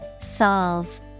Solve